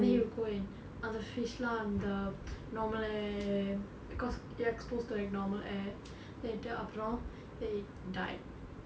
and then he will go and அந்த:antha fish lah அந்த:antha normal air because you're exposed to like normal air then after all they died